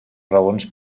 raons